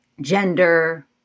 gender